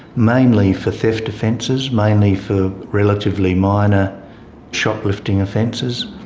mainly for theft offences, mainly for relatively minor shoplifting offences,